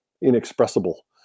inexpressible